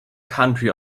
country